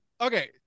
okay